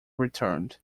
returned